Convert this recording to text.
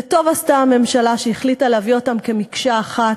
וטוב עשתה הממשלה שהחליטה להביא אותם כמקשה אחת.